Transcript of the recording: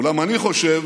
אולם אני חושב